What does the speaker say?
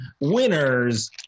winners